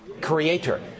Creator